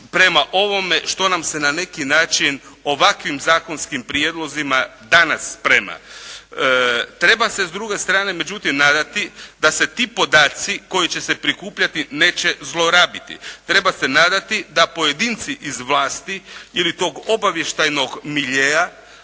prema ovome što nam se na neki način ovakvim zakonskim prijedlozima danas sprema. Treba se s druge strane međutim, nadati da se ti podaci koji će se prikupljati neće zlorabiti. Treba se nadati da pojedinci iz vlasti ili tog obavještajnog miljea